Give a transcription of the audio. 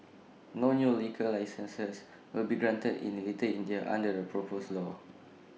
no new liquor licences will be granted in the little India under the proposed law